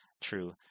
True